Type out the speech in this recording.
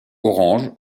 orange